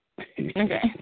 Okay